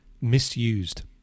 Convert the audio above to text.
misused